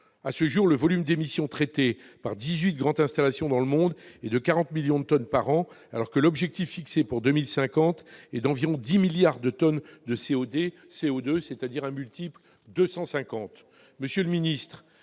À ce jour, le volume d'émissions traité par 18 grandes installations dans le monde est de 40 millions de tonnes par an, alors que l'objectif fixé pour 2050 est d'environ 10 milliards de tonnes de CO2 par an, soit 250